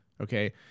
Okay